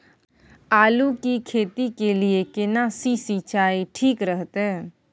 आलू की खेती के लिये केना सी सिंचाई ठीक रहतै?